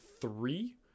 three